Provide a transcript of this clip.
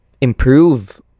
improve